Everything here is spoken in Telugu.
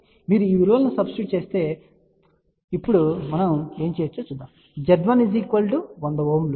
మీరు ఈ విలువలను సబ్స్టిట్యూట్ చేస్తే ఇప్పుడు మనం ఏమి చూడగలం Z1 100 Ω Z2 57